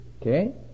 okay